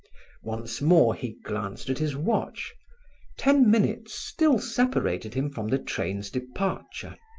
once more he glanced at his watch ten minutes still separated him from the train's departure.